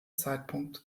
zeitpunkt